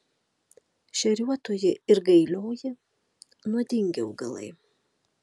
šeriuotoji ir gailioji nuodingi augalai